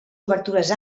obertures